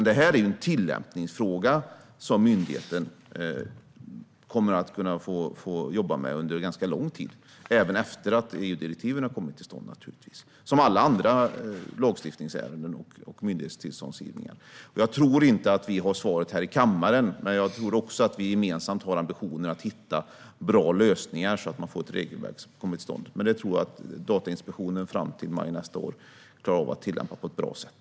Det här är en tillämpningsfråga som myndigheten kommer att få jobba med under ganska lång tid, även efter att EU-direktiven har kommit till stånd, precis som i alla andra lagstiftningsärenden och myndighetstillståndsgivningar. Jag tror inte att vi har svaret i kammaren, men jag tror att vi gemensamt har ambitioner att hitta bra lösningar så att ett regelverk kommer till stånd. Fram till maj nästa år klarar nog Datainspektionen av att tillämpa detta på ett bra sätt.